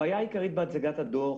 הבעיה העיקרית בהצגת הדוח